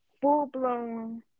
full-blown